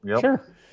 Sure